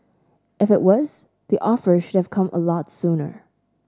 if it was the offer should have come a lot sooner